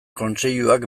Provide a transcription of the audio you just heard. kontseiluak